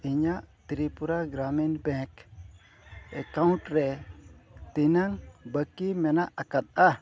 ᱤᱧᱟᱹᱜ Tripura Gramin bank account ᱨᱮ ᱛᱤᱱᱟᱹᱜ ᱵᱟᱹᱠᱤ ᱢᱮᱱᱟᱜ ᱟᱠᱟᱫᱼᱟ